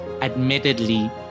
admittedly